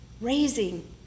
raising